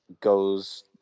goes